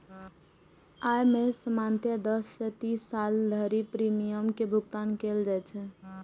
अय मे सामान्यतः दस सं तीस साल धरि प्रीमियम के भुगतान कैल जाइ छै